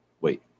wait